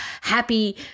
happy